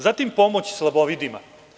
Zatim pomoć slabovidima.